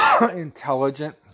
intelligent